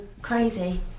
crazy